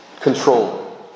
Control